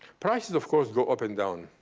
prices, of course, go up and down.